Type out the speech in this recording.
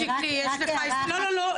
תודה רבה.